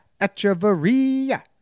Echeveria